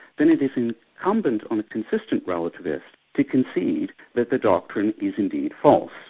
then it is incumbent on consistent relativists to concede that the doctrine is indeed false.